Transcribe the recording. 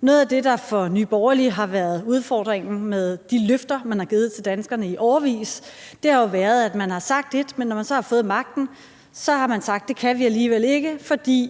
Noget af det, der for Nye Borgerlige har været udfordringen med de løfter, man har givet til danskerne i årevis, har jo været, at man har sagt ét, men at man, når man så har fået magten, har sagt, at det kan man alligevel ikke på grund af